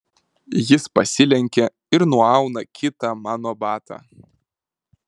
jis pasilenkia ir nuauna kitą mano batą